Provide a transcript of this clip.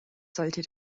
sollte